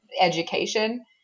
education